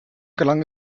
gelang